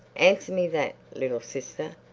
answer me that, little sister.